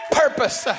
purpose